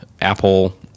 Apple